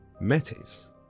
Metis